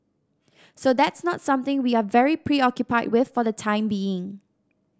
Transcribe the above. so that's not something we are very preoccupied with for the time being